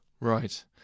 Right